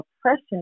oppression